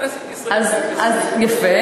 כנסת ישראל, 120. אז, יפה.